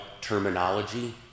terminology